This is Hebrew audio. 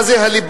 מה זה הליבה?